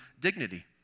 dignity